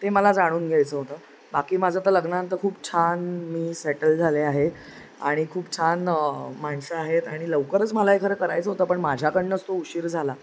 ते ते मला जाणून घ्यायचं होतं बाकी माझं तर लग्ना तर खूप छान मी सॅटल झाले आहेत आणि खूप छान माणसं आहेत आणि लवकरच मला एक घर करायचं होतं पण माझ्याकडनंच तो उशीर झाला